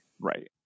Right